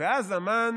ואז המן